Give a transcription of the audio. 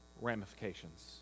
ramifications